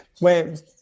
wait